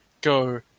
go